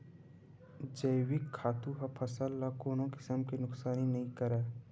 जइविक खातू ह फसल ल कोनो किसम के नुकसानी नइ करय